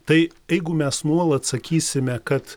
tai jeigu mes nuolat sakysime kad